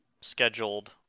scheduled